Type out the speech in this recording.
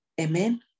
amen